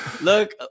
Look